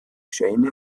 scheine